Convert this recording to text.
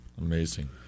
Amazing